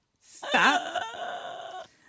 Stop